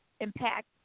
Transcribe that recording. impact